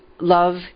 love